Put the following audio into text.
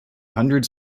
hundred